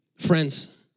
Friends